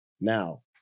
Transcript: Now